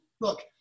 Look